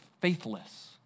faithless